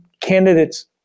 candidates